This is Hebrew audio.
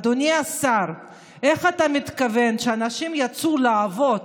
אדוני השר, איך אתה מתכוון שאנשים יצאו לעבוד?